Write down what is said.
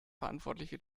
verantwortliche